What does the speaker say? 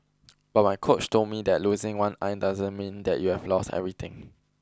but my coach told me that losing one eye doesn't mean that you've lost everything